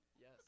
Yes